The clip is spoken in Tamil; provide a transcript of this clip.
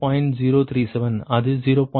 037 அது 0